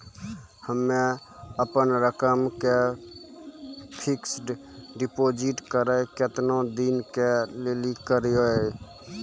हम्मे अपन रकम के फिक्स्ड डिपोजिट करबऽ केतना दिन के लिए करबऽ?